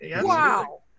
Wow